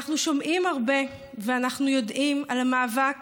אנחנו שומעים הרבה ואנחנו יודעים על המאבק